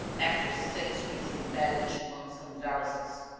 after six weeks in bed and two months' convalescence.